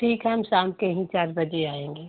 ठीक है हम शाम के ही चार बजे आएँगे